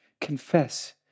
confess